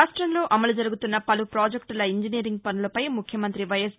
రాష్ట్రంలో అమలు జరుగుతున్న పలు పాజెక్షుల ఇంజనీరింగ్ పనులపై ముఖ్యమంతి వైఎస్